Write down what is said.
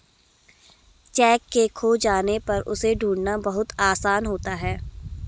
cheque के खो जाने पर उसे ढूंढ़ना बहुत आसान होता है